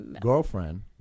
girlfriend